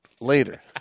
later